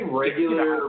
regular